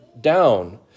down